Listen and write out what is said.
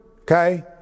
okay